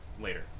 later